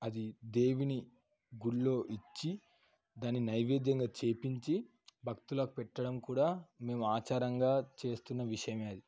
అది దేవుని గుడిలో ఇచ్చి దాని నైవేద్యంగా చేపించి భక్తుల పెట్టడం కూడా మేము ఆచారంగా చేస్తున్న విషయం అది